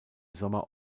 sommer